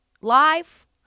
live